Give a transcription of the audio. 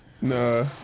nah